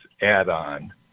add-on